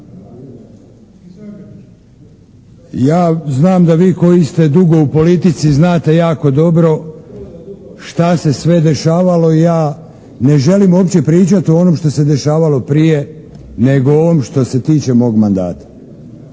Ja znam da vi koji ste dugo u politici znate jako dobro šta se sve dešavalo i ja ne želim uopće pričati o onome što se dešavalo prije nego ovom što se tiče mog mandata.